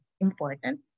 important